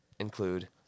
Include